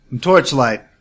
Torchlight